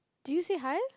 do you say hi